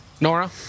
Nora